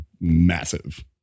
massive